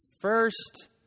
first